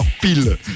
Pile